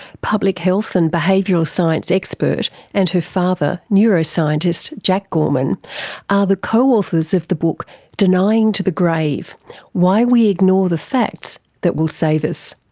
public health and behavioural science expert, and her father, neuroscientist jack gorman, are ah the co-authors of the book denying to the grave why we ignore the facts that will save us.